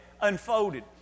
unfolded